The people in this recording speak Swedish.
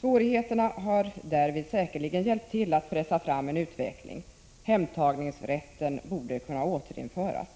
Svårigheterna har därvid säkerligen hjälpt till att pressa fram en utveckling. Hemtagningsrätten borde kunna återinföras.